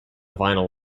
vinyl